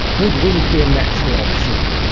would wind be a natural option?